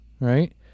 Right